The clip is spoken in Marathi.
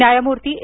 न्यायमूर्ती ए